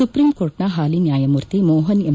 supreme ಕೋರ್ಟ್ನ ಹಾಲಿ ನ್ಯಾಯಮೂರ್ತಿ ಮೋಹನ್ ಎಂ